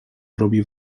robi